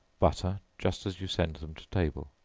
butter just as you send them to table.